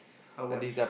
how much